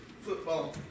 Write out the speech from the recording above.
football